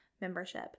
membership